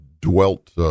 dwelt